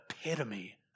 epitome